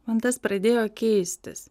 man tas pradėjo keistis